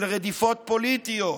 של רדיפות פוליטיות,